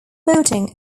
boating